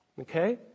Okay